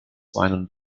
seinen